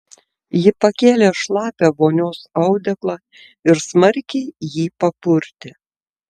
ji pakėlė šlapią vonios audeklą ir smarkiai jį papurtė